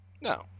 No